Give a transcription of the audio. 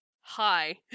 hi